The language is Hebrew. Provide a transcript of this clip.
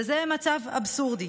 וזה מצב אבסורדי.